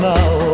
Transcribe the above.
Now